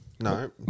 No